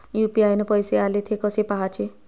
UPI न पैसे आले, थे कसे पाहाचे?